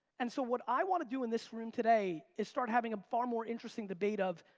and so what i wanna do in this room today is start having a far more interesting debate of,